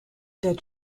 dead